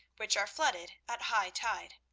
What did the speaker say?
which are flooded at high tide.